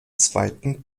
zweiten